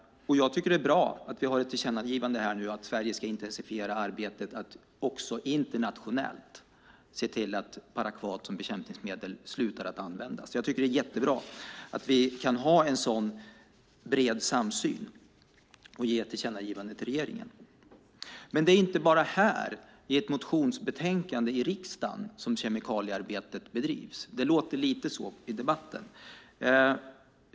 Jag tycker att det är bra att vi har ett tillkännagivande att Sverige ska intensifiera arbetet att också internationellt se till att parakvat inte används som bekämpningsmedel. Jag tycker att det är jättebra att vi kan ha en så bred samsyn och ge ett tillkännagivande till regeringen. Men det är inte bara här i ett motionsbetänkande i riksdagen som kemikaliearbetet bedrivs. Det låter lite så i debatten.